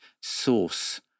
source